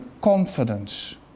confidence